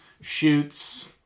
shoots